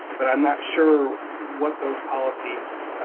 but i'm not sure what those policies,